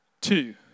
two